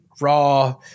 raw